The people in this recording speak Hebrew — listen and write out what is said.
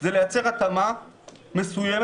היא לייצר התאמה מסוימת.